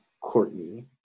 Courtney